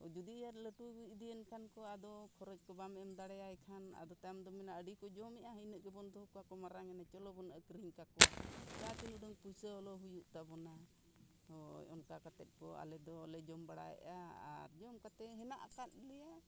ᱡᱩᱫᱤ ᱟᱨ ᱞᱟᱹᱴᱩ ᱤᱫᱤᱭᱮᱱ ᱠᱷᱟᱱ ᱠᱚ ᱟᱫᱚ ᱠᱷᱚᱨᱚᱪ ᱠᱚ ᱵᱟᱢ ᱮᱢ ᱫᱟᱲᱮᱭᱟᱭ ᱠᱷᱟᱱ ᱟᱫᱚ ᱛᱟᱭᱚᱢ ᱫᱚᱢ ᱢᱮᱱᱟ ᱟᱹᱰᱤ ᱠᱚ ᱡᱚᱢᱮᱜᱼᱟ ᱦᱤᱱᱟᱹ ᱜᱮᱵᱚᱱ ᱫᱚᱦᱚ ᱠᱚᱣᱟ ᱢᱟᱨᱟᱝ ᱮᱱᱮᱡ ᱪᱚᱞᱚᱵᱚᱱ ᱟᱹᱠᱷᱨᱤᱧ ᱠᱟᱠᱚᱣᱟ ᱡᱟᱦᱟᱸ ᱛᱤᱱᱟᱹᱜ ᱩᱰᱟᱹᱝ ᱯᱩᱭᱥᱟᱹ ᱦᱚᱞᱚ ᱦᱩᱭᱩᱜ ᱛᱟᱵᱚᱱᱟ ᱦᱳᱭ ᱚᱱᱠᱟ ᱠᱟᱛᱮᱫ ᱠᱚ ᱟᱞᱮ ᱫᱚᱞᱮ ᱡᱚᱢ ᱵᱟᱲᱟᱭᱮᱜᱼᱟ ᱟᱨ ᱡᱚᱢ ᱠᱟᱛᱮ ᱦᱮᱱᱟᱜ ᱟᱠᱟᱫ ᱞᱮᱭᱟ